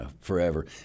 forever